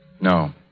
No